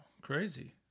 crazy